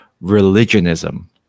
religionism